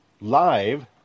live